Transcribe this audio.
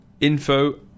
Info